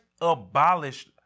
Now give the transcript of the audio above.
abolished